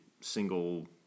single